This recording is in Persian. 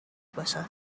باشد